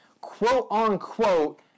quote-unquote